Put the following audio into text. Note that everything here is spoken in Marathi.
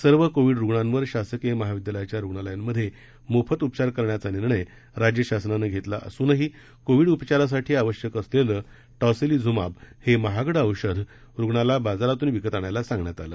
सर्व कोव्हीड रुग्णांवर शासकीय महाविद्यालयाच्या रुग्णालयांमध्ये मोफत उपचार करण्याचा निर्णय राज्य शासनानं घेतला असूनही कोव्हीड उपचारासाठी आवश्यक असलेलं टॉसिलीझुमाब हे महागडं औषध रुग्णाला बाजारातून विकत आणायला सांगण्यात आलं